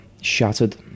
shattered